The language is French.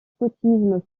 scoutisme